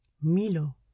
Milo